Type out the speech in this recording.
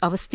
Awasthi